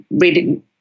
reading